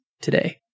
today